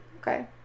Okay